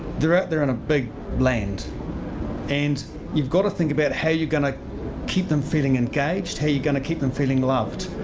they're ah they're on a big land and you've got to think about how you're going to keep them feeling engaged. how you're going to keep them feeling loved.